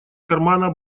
кармана